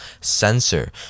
sensor